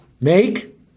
Make